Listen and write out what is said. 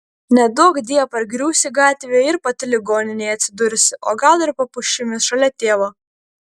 neduokdie pargriūsi gatvėje ir pati ligoninėje atsidursi o gal ir po pušimis šalia tėvo